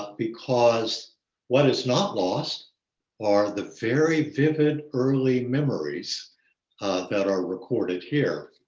because what is not lost or the very vivid early memories that are recorded here,